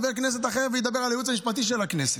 על הייעוץ המשפטי של הכנסת.